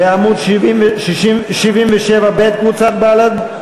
בעמוד 77ב, קבוצת בל"ד?